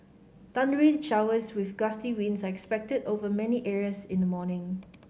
thundery showers with gusty winds are expected over many areas in the morning